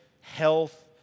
health